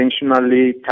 intentionally